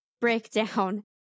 breakdown